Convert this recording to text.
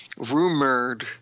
Rumored